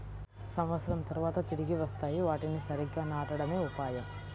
సంవత్సరం తర్వాత తిరిగి వస్తాయి, వాటిని సరిగ్గా నాటడమే ఉపాయం